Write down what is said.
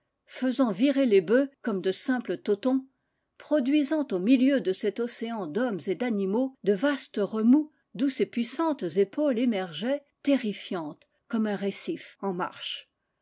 faisant virer les bœufs comme de simples totons produisant au milieu de cet océan d'hommes et d'animaux de vastes remous d'où ses puissantes épaules émergeaient terrifiantes comme un récif en marche